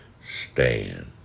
stand